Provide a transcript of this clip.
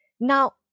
Now